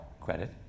credit